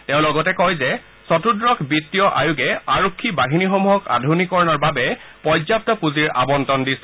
তেওঁ লগতে কয় যে চতুৰ্দশ বিত্তীয় আয়োগে আৰক্ষী বাহিনীসমূহক আধুনিকীকৰণৰ বাবে পৰ্যাপ্ত পুঁজিৰ আবণ্টন দিছে